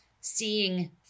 seeing